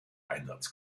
einsatz